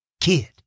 kid